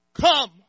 Come